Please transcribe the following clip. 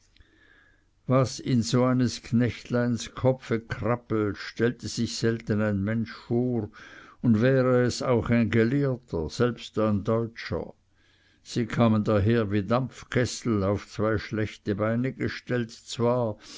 was so in eines knechtleins kopfe krabbelt stellt sich selten ein mensch vor und wäre es auch ein gelehrter selbst ein deutscher sie kamen daher wie dampfkessel auf zwei schlechte beine gestellt zwar